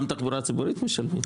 גם תחבורה ציבורית משלמים.